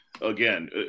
Again